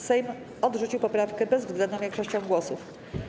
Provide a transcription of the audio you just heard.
Sejm odrzucił poprawkę bezwzględną większością głosów.